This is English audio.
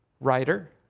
writer